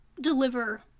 deliver